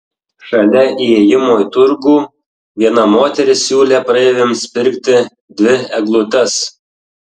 šalia įėjimo į turgų viena moteris siūlė praeiviams pirkti dvi eglutes